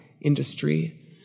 industry